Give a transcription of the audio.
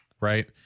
right